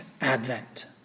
Advent